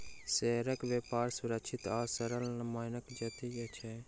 शेयरक व्यापार सुरक्षित आ सरल मानल जाइत अछि